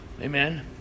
amen